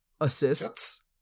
Assists